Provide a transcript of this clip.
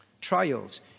trials